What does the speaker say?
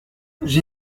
j’y